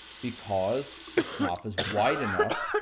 because, the stop is wide enough,